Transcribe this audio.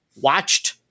watched